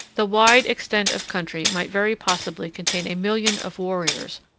the wide extent of country might very possibly contain a million of warriors,